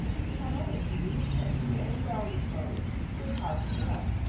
he had always believed her to be a well-disposed, good-hearted girl,